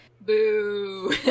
boo